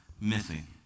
missing